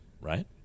right